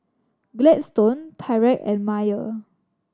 Gladstone Tyrek and Maia